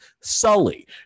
sully